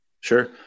Sure